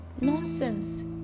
nonsense